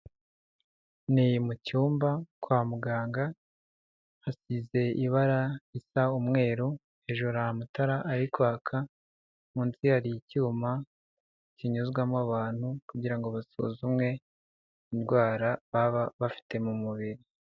Ni mu cyumba kwa muganga hasize ibara risa umweru, hejuru amatara ari kwaka, munsi hari icyuma kinyuzwamo abantu kugira ngo basuzumwe indwara baba bafite mu mubiri.